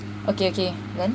okay okay then